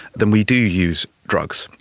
then we do use drugs.